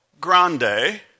grande